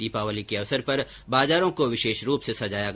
दीपावली के अवसर पर बाजारों को विशेषरूप से सजाया गया हैं